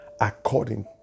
according